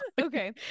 Okay